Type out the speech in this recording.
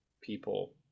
people